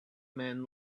men